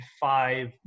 five